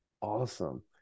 Awesome